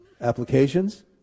applications